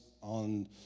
on